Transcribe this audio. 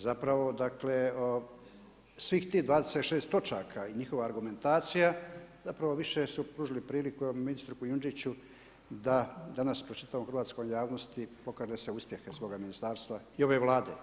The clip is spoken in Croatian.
Zapravo, dakle svih tih 26 točaka i njihova argumentacija, zapravo više su pružili priliku ministru Kujundžiću da danas pred čitavom hrvatskom javnosti pokaže se uspjeh od svog ministarstva i ove Vlade.